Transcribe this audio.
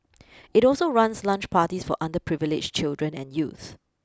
it also runs lunch parties for underprivileged children and youth